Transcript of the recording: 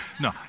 No